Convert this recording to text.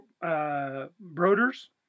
Broders